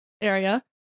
area